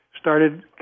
started